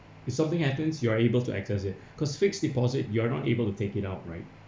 if something happens you are able to access it cause fixed deposit you are not able to take it out right